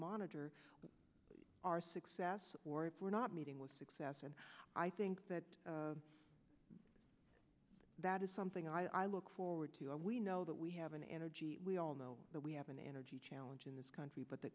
monitor our success or if we're not meeting with success and i think that that is something i look forward to we know that we have an energy we all know that we have an energy challenge in this country but the